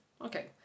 Okay